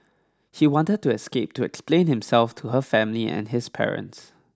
he wanted to escape to explain himself to her family and his parents